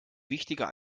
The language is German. wichtiger